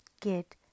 get